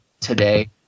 today